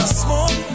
smoke